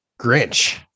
Grinch